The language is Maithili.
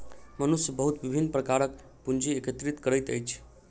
मनुष्य बहुत विभिन्न प्रकारक पूंजी एकत्रित करैत अछि